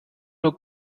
nur